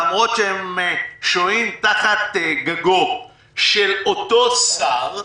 למרות שהם שוהים תחת גגו של אותו שר,